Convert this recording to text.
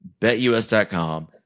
BetUS.com